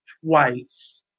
twice